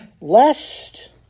lest